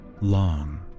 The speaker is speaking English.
Long